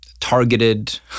targeted